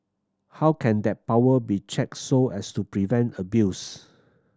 how can that power be checked so as to prevent abuse